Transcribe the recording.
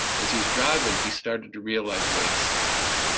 as he was driving he started to realize, wait a second